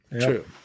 True